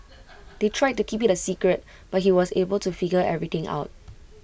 they tried to keep IT A secret but he was able to figure everything out